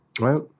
Right